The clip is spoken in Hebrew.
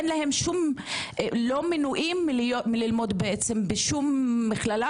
אין להם שום לא מנועים מללמוד בעצם בשום מכללה,